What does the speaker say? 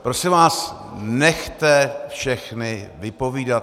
Prosím vás, nechte všechny vypovídat.